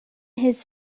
his